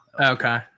Okay